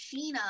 Sheena